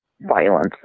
Violence